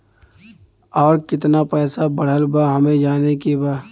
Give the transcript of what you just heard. और कितना पैसा बढ़ल बा हमे जाने के बा?